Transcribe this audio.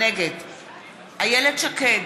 נגד איילת שקד,